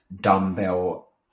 dumbbell